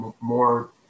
more